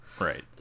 Right